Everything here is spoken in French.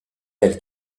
tel